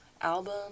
album